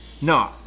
No